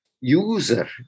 user